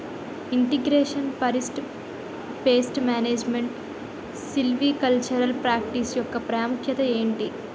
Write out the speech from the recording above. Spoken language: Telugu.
integration forest pest management silvicultural practice యెక్క ప్రాముఖ్యత ఏంటి